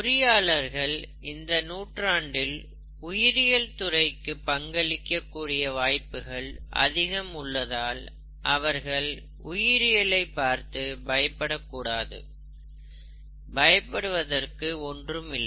பொறியாளர்கள் இந்த நூற்றாண்டில் உயிரியல் துறைக்கு பங்களிக்க கூடிய வாய்ப்புகள் அதிகம் உள்ளதால் அவர்கள் உயிரியலை பார்த்து பயப்படக்கூடாது பயப்படுவதற்கும் ஒன்றுமில்லை